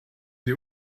die